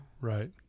Right